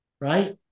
right